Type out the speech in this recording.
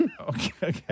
Okay